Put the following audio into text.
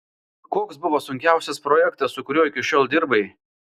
koks buvo sunkiausias projektas su kuriuo iki šiol dirbai